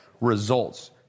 results